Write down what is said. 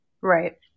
Right